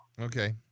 Okay